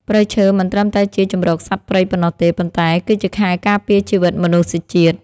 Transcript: ព្រៃឈើមិនត្រឹមតែជាជម្រកសត្វព្រៃប៉ុណ្ណោះទេប៉ុន្តែគឺជាខែលការពារជីវិតមនុស្សជាតិ។ព្រៃឈើមិនត្រឹមតែជាជម្រកសត្វព្រៃប៉ុណ្ណោះទេប៉ុន្តែគឺជាខែលការពារជីវិតមនុស្សជាតិ។